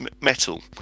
metal